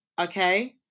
okay